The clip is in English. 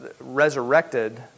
resurrected